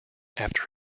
after